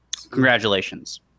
Congratulations